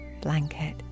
blanket